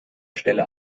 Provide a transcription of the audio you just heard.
stelle